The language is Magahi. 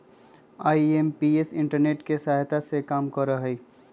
आई.एम.पी.एस इंटरनेट के सहायता से काम करा हई